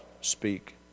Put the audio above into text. speak